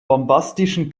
bombastischen